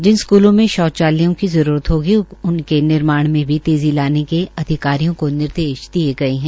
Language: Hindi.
जिन स्कूलों में शौचालयों की जरूरत होगी उनके निर्माण में भी तेजी लाने के अधिकारियों को निर्देश दिए गए हैं